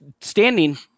standing